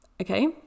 okay